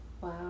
Wow